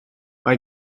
mae